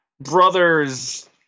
brother's